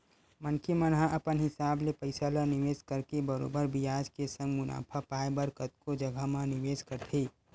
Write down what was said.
मनखे मन ह अपन हिसाब ले पइसा ल निवेस करके बरोबर बियाज के संग मुनाफा पाय बर कतको जघा म निवेस करथे